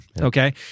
Okay